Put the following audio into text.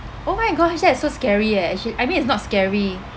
oh my gosh that is so scary eh actually I mean it's not scary